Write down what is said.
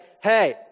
hey